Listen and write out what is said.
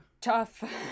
Tough